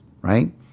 right